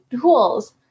tools